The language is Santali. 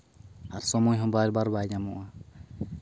ᱟᱨ ᱥᱚᱢᱚᱭ ᱦᱚᱸ ᱵᱟᱨᱵᱟᱨ ᱵᱟᱭ ᱧᱟᱢᱚᱜᱼᱟ